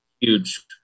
Huge